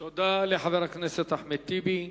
תודה לחבר הכנסת אחמד טיבי.